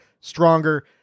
stronger